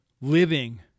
living